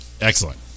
Excellent